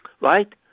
right